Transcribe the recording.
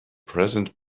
present